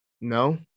No